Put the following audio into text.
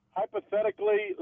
hypothetically